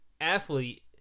athlete